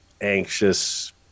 anxious